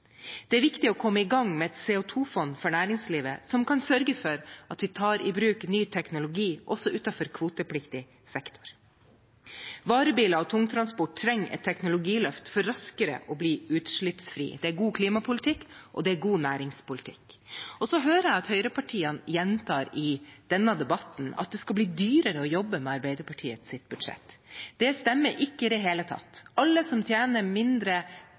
Det er viktig å komme i gang med et CO 2 -fond for næringslivet som kan sørge for at vi tar i bruk ny teknologi også utenfor kvotepliktig sektor. Varebiler og tungtransport trenger et teknologiløft for raskere å bli utslippsfrie. Det er god klimapolitikk, og det er god næringspolitikk. Så hører jeg at høyrepartiene gjentar i denne debatten at det skal bli dyrere å jobbe med Arbeiderpartiets budsjett. Det stemmer ikke i det hele tatt. Alle som tjener mindre